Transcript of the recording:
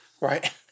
Right